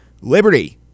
Liberty